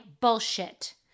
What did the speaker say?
bullshit